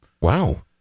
Wow